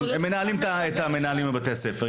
מנהלים את מנהלי בית הספר.